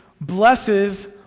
blesses